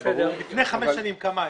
כמה היה לפני חמש שנים?